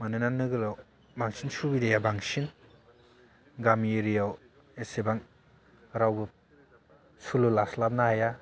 मानोना नोगोराव बांसिन सुबिदाया बांसिन गामि एरिया याव एसेबां रावबो सुलु लास्लाबनो हाया